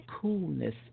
coolness